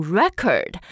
record